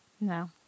No